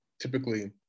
typically